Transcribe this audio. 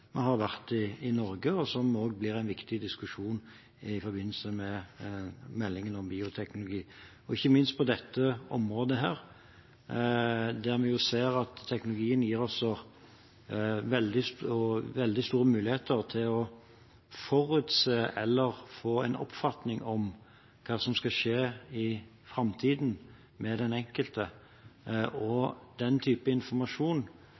vi f.eks. har vært i Norge, og som også blir en viktig diskusjon i forbindelse med meldingen om bioteknologi. Det gjelder ikke minst på dette området, der vi ser at teknologien gir oss veldig store muligheter til å forutse eller få en oppfatning av hva som skal skje i framtiden med den enkelte. Den type informasjon